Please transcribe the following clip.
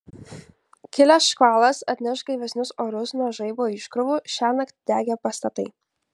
kilęs škvalas atneš gaivesnius orus nuo žaibo iškrovų šiąnakt degė pastatai